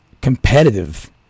competitive